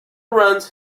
runs